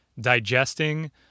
digesting